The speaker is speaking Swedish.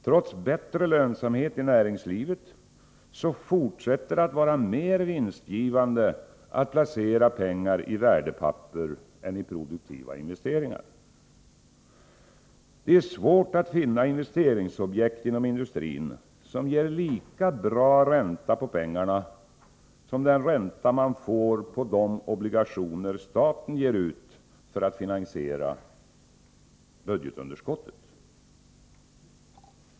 Trots bättre lönsamhet i näringslivet fortsätter det att vara mer vinstgivande att placera pengar i värdepapper än i produktiva investeringar. Det är svårt att finna investeringsobjekt inom industrin som ger lika bra ränta på pengarna som den ränta man får på de obligationer staten ger ut för att finansiera budgetunderskottet.